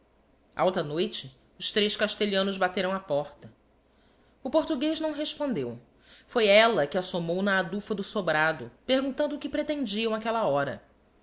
a casa alta noite os tres castelhanos bateram á porta o portuguez não respondeu foi ella que assomou na adufa do sobrado perguntando o que pretendiam áquella hora